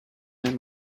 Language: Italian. nel